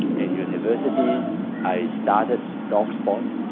in university i started dog sport,